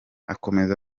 akomeza